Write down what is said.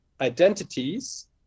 identities